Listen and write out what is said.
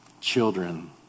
children